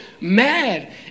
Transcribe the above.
mad